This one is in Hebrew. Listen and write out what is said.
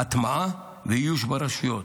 הטמעה ואיוש ברשויות.